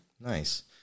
Nice